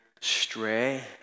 stray